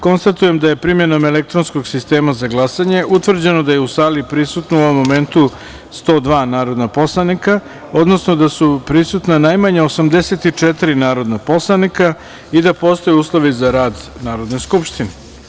Konstatujem da je primenom elektronskog sistema utvrđeno da je u sali prisutno u ovom momentu 102 narodna poslanika, odnosno da su prisutna najmanje 84 narodna poslanika, te postoje uslovi za rad Narodne skupštine.